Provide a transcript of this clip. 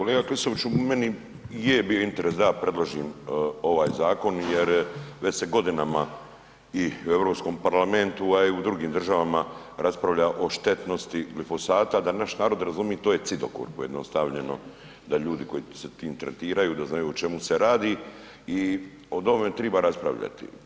Kolega Klisoviću meni je bio interes da ja predložim ovaj zakon jer već se godinama i u Europskom parlamentu, a i u drugim državama raspravlja o štetnosti glifosata, da naš narod razumi to je cidokor pojednostavljeno da ljudi koji se tim tretiraju da znaju o čemu se radi i o ovome triba raspravljati.